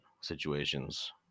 situations